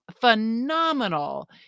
phenomenal